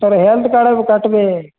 ତାର୍ health card ଏବେ କାଟ୍ବେ